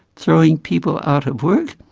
throwing people out of work,